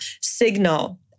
signal